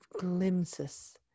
glimpses